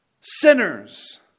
sinners